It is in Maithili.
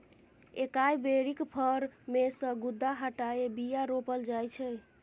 एकाइ बेरीक फर मे सँ गुद्दा हटाए बीया रोपल जाइ छै